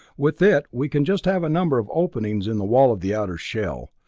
with it we can just have a number of openings in the wall of the outer shell,